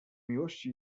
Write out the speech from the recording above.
miłości